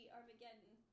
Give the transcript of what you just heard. Armageddon